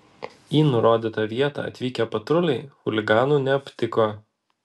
į nurodytą vietą atvykę patruliai chuliganų neaptiko